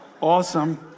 awesome